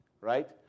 right